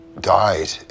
died